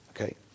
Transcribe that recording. Okay